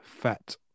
fat